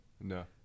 No